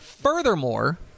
Furthermore